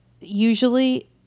usually